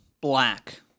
Black